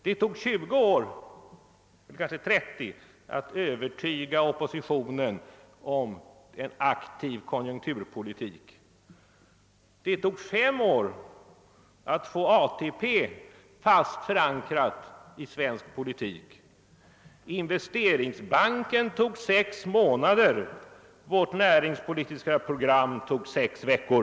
Det tog 20 eller kanske 30 år att övertyga oppositionen om värdet av en aktiv konjunkturpolitik, det tog fem år att få ATP fast förankrad i svensk politik, investeringsbanken tog sex månader och vårt näringspolitiska program tog sex veckor.